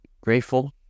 grateful